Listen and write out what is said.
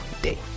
day